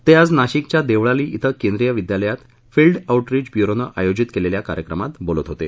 ते आज नाशिकच्या देवळाली इथं केंद्रीय विद्यालयात फील्ड आऊटरीच ब्यूरोनं आयोजित केलेल्या कार्यक्रमात बोलत होते